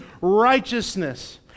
righteousness